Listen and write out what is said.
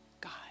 God